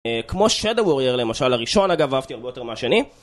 כמו שדה ווריאר למשל הראשון אגב, אהבתי הרבה יותר מהשני